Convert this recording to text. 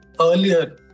Earlier